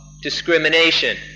discrimination